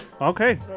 Okay